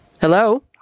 Hello